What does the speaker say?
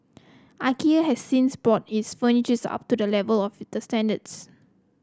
Ikea has since brought its furnitures up to the level of the standards